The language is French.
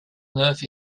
neuve